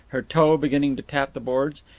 her toe beginning to tap the boards,